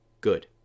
Good